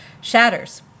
shatters